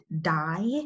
die